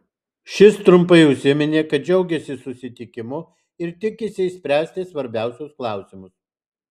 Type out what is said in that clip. šis trumpai užsiminė kad džiaugiasi susitikimu ir tikisi išspręsti svarbiausius klausimus